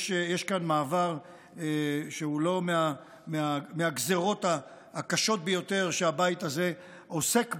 יש כאן מעבר שהוא לא מהגזרות הקשות ביותר שהבית הזה עוסק בהן,